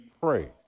pray